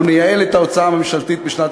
אנחנו נייעל את ההוצאה הממשלתית בשנת